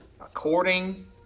according